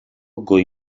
goi